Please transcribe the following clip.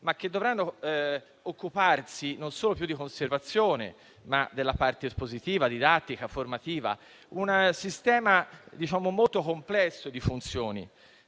ma che dovranno occuparsi non solo di conservazione, ma anche della parte espositiva, didattica, formativa. Si tratta di un sistema molto complesso di funzioni